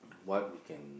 what we can